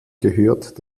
gehört